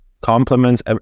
Compliments